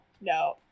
no